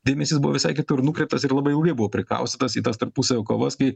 dėmesys buvo visai kitur nukreiptas ir labai ilgai buvo prikaustytas į tas tarpusavio kovas kai